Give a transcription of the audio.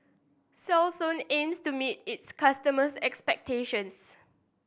Selsun aims to meet its customers' expectations